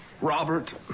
Robert